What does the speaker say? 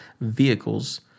vehicles